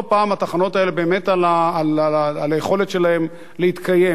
לא פעם התחנות האלה באמת נאבקות על היכולת שלהן להתקיים.